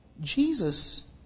Jesus